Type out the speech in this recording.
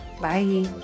Bye